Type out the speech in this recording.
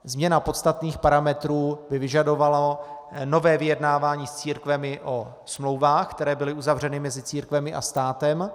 Změna podstatných parametrů by vyžadovala nové vyjednávání s církvemi o smlouvách, které byly uzavřeny mezi církvemi a státem.